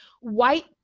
white